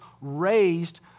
raised